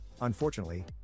unfortunately